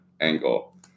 angle